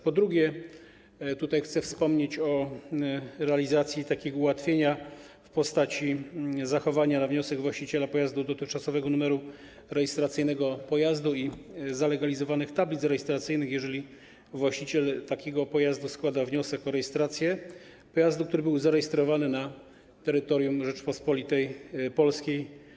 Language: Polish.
Po drugie, chcę wspomnieć o realizacji ułatwienia w postaci zachowania na wniosek właściciela pojazdu dotychczasowego numeru rejestracyjnego pojazdu i zalegalizowanych tablic rejestracyjnych, jeżeli właściciel pojazdu składa wniosek o rejestrację pojazdu, który był zarejestrowany na terytorium Rzeczypospolitej Polskiej.